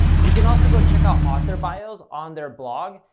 you can also go check out author bios on their blog.